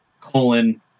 colon